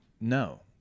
No